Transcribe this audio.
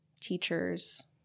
teachers